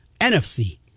NFC